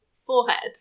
forehead